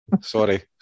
Sorry